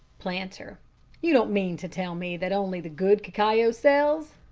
planter you don't mean to tell me that only the good cacao sells?